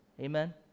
Amen